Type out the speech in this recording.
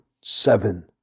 seven